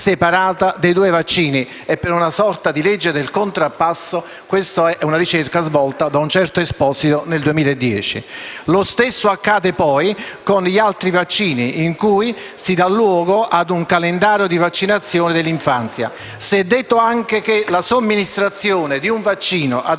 senatrice Fucksia)*. Per una sorta di legge del contrappasso, si tratta di una ricerca svolta da un certo Esposito, nel 2010. Lo stesso accade poi con gli altri vaccini, per cui si dà luogo ad un calendario di vaccinazioni dell'infanzia. Si è detto anche che la somministrazione di un vaccino ad